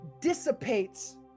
dissipates